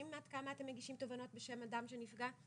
עד כמה אתם מגישים תובענות בשם אדם שנפגע?